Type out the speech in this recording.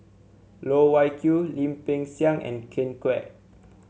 Loh Wai Kiew Lim Peng Siang and Ken Kwek